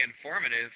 informative